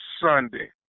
Sunday